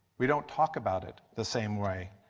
we don't talk about it the same way